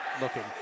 looking